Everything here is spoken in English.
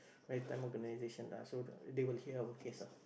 maritime organization ah so the they will hear our case ah